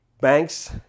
Banks